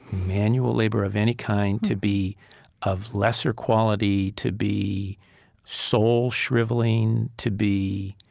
manual labor of any kind to be of lesser quality, to be soul-shriveling, to be